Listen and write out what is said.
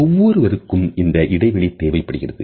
ஒவ்வொருவருக்கும் இந்த இடைவெளி தேவைப்படுகிறது